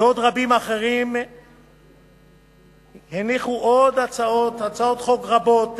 ועוד רבים אחרים הניחו עוד הצעות חוק רבות,